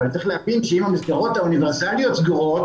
אבל צריך להבין שאם המסגרות האוניברסליות סגורות